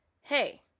hey